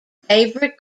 favorite